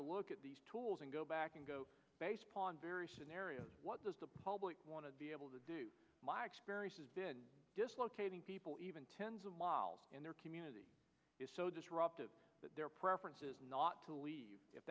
to look at these tools and go back and go based on various scenarios what does the public want to be able to do my experience has been just locating people even tens of miles in their community is so disruptive that their preference is not to leave if